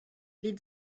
les